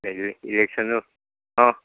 হেৰি ইলেকশ্যনো অঁ